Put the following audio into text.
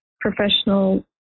professional